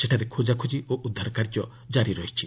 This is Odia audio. ସେଠାରେ ଖୋଜାଖୋଜି ଓ ଉଦ୍ଧାର କାର୍ଯ୍ୟ ଜାରି ରହିଛି